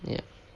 ya